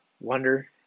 wonder